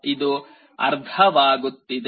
ಇದು ಅರ್ಧವಾಗುತ್ತಿದೆ